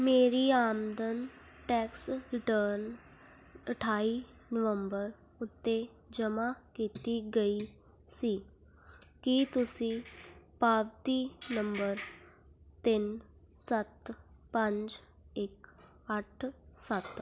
ਮੇਰੀ ਆਮਦਨ tax return ਅਠਾਈ ਨਵੰਬਰ ਉੱਤੇ ਜਮ੍ਹਾਂ ਕੀਤੀ ਗਈ ਸੀ ਕੀ ਤੁਸੀਂ ਪਾਵਤੀ ਨੰਬਰ ਤਿੰਨ ਸੱਤ ਪੰਜ ਇੱਕ ਅੱਠ ਸੱਤ